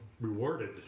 rewarded